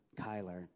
Kyler